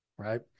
right